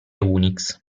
unix